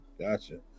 gotcha